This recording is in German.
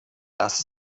das